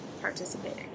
participating